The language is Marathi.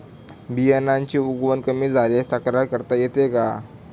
बियाण्यांची उगवण कमी झाल्यास तक्रार करता येते का?